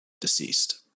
deceased